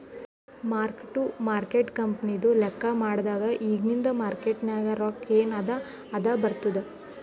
mark to market ಕಂಪನಿದು ಲೆಕ್ಕಾ ಮಾಡಾಗ್ ಇಗಿಂದ್ ಮಾರ್ಕೇಟ್ ನಾಗ್ ರೊಕ್ಕಾ ಎನ್ ಅದಾ ಅದೇ ಬರ್ತುದ್